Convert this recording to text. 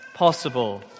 possible